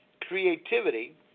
creativity